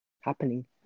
happening